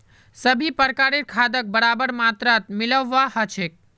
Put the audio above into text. सभी प्रकारेर खादक बराबर मात्रात मिलव्वा ह छेक